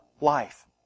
life